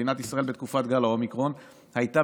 מדינת ישראל בתקופת גל האומיקרון הייתה